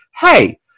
Hey